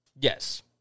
Yes